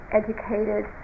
educated